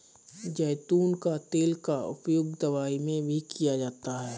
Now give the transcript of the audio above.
ज़ैतून का तेल का उपयोग दवाई में भी किया जाता है